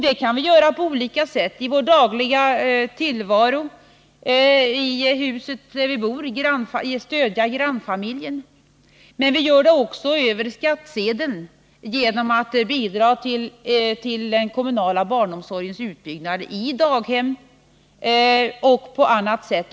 Det kan vi göra på olika sätt i vår dagliga tillvaro, i huset där vi bor — vi kan stödja grannfamiljen. Men vi gör det också över skattsedeln genom att bidra till den kommunala barnomsorgens utbyggnad i daghem och på annat sätt.